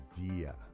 idea